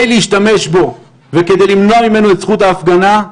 להשתמש בו ולמנוע ממנו את זכות ההפגנה,